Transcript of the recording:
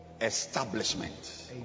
establishment